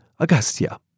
Augustia